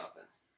offense